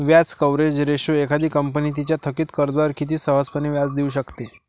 व्याज coverage ratio एखादी company तिच्या थकित कर्जावर किती सहजपणे व्याज देऊ शकते